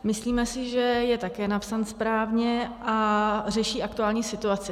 Myslíme si, že je také napsán správně a řeší aktuální situaci.